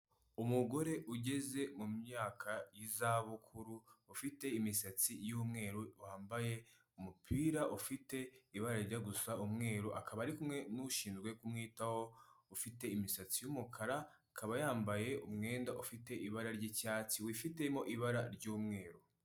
Umugore ugeze mu myaka y'izabukuru ufite imisatsi y'umweru wambaye umupira ufite ibara rijya gusa umweru akaba ari kumwe n'ushinzwe kumwitaho, ufite imisatsi y'umukara akaba yambaye umwenda ufite ibara ry'icyatsi wifitemo ibara ry'umweru.